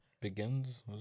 begins